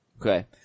Okay